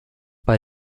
bei